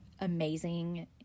amazing